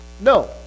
no